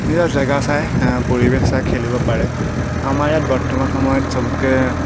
নিজৰ জেগা চাই পৰিৱেশ চাই খেলিব পাৰে আমাৰ ইয়াত বৰ্তমান সময়ত চবতকৈ